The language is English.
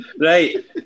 right